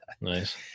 Nice